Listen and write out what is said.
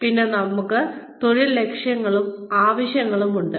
പിന്നെ നമുക്ക് തൊഴിൽ ലക്ഷ്യങ്ങളും ആവശ്യങ്ങളും ഉണ്ട്